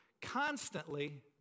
Constantly